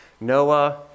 Noah